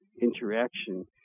interaction